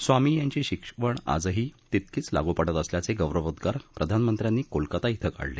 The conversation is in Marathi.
स्वामी यांची शिकवण आजही तितकीच लागू पडत असल्याचं गौरवोद्वार प्रधानमंत्र्यांनी कोलकाता धिं काल काढले